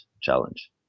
challenge